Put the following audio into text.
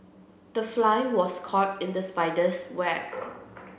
the fly was caught in the spider's web